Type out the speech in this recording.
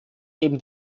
eben